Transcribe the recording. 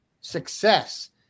success